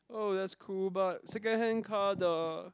oh that's cool but second hand car the